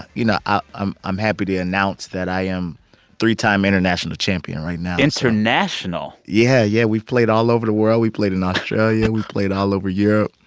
you know, ah i'm i'm happy to announce that i am three-time international champion right now international? yeah. yeah. we've played all over the world. we played in australia. we played all over europe,